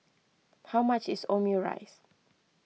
how much is Omurice